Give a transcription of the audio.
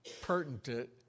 pertinent